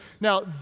Now